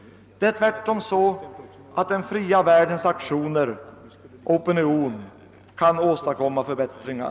Tvärtom är det så att den fria världens aktioner och vädjanden kan åstadkomma förbättringar.